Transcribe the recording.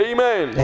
Amen